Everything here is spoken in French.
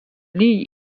lee